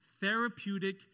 therapeutic